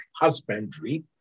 husbandry